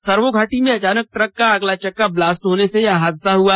servo घाटी में अचानक ट्रक का अगला चक्का ब्लास्ट होने से यह हादसा हुआ